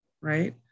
right